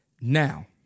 Now